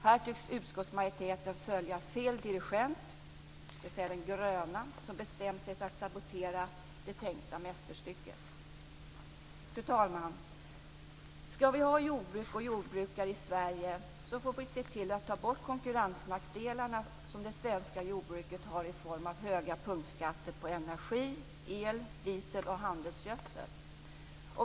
Här tycks utskottsmajoriteten följa fel dirigent - dvs. den gröna - som bestämt sig för att sabotera det tänkta mästerstycket. Fru talman! Ska vi ha jordbruk och jordbrukare i Sverige får vi se till att ta bort de konkurrensnackdelar som det svenska jordbruket har i form av höga punktskatter på energi, el, diesel och handelsgödsel.